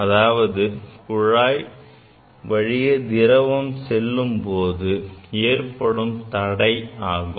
அதாவது குழாய் வழியே திரவம் செல்லும் போது ஏற்படும் தடை ஆகும்